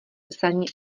psaní